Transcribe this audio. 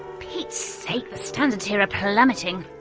pete's sake! the standards here are plummeting.